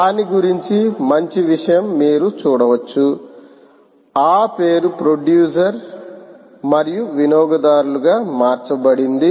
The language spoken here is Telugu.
దాని గురించి మంచి విషయం మీరు చూడవచ్చు ఆ పేరు ప్రొడ్యూసర్ మరియు వినియోగదారులు గా మార్చబడింది